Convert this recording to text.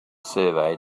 survey